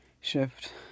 shift